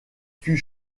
fut